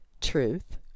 truth